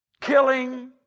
killing